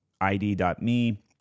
ID.me